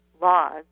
laws